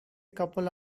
couple